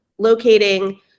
locating